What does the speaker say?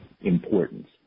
importance